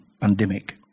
pandemic